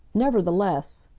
nevertheless,